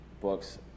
books